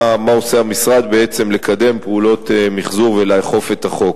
מה עושה המשרד לקדם פעולות מיחזור ולאכוף את החוק,